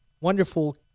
wonderful